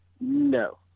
No